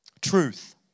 Truth